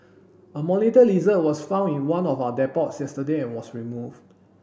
a monitor lizard was found in one of our depots yesterday and was removed